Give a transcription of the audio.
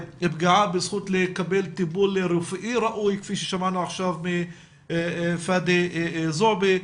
פגיעה בזכות לקבל טיפול רפואי ראוי כפי ששמענו עכשיו מפאדי זועבי.